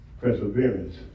Perseverance